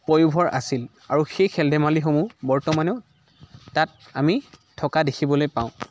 প্ৰয়োভৰ আছিল আৰু সেই খেল ধেমালিসমূহ বৰ্তমানেও তাত আমি থকা দেখিবলৈ পাওঁ